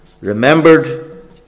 remembered